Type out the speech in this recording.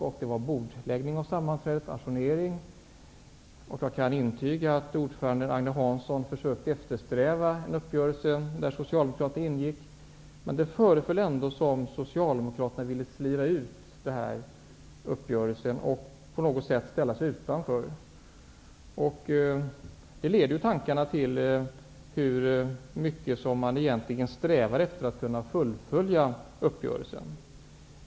Ärendet bordlades, och det var ajournering av sammanträdet. Och jag kan intyga att ordföranden Agne Hansson försökte eftersträva en uppgörelse där Socialdemokraterna ingick. Men det föreföll ändå som om Socialdemokraterna så att säga ville slira ut ur denna uppgörelse och på något sätt ställa sig utanför. Detta leder tankarna till hur mycket som de egentligen strävar efter att kunna fullfölja uppgörelsen.